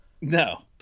No